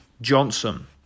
Johnson